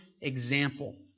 example